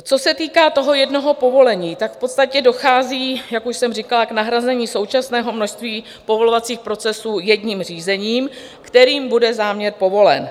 Co se týká toho jednoho povolení, v podstatě dochází, jak už jsem říkala, k nahrazení současného množství povolovacích procesů jedním řízením, kterým bude záměr povolen.